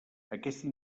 aquesta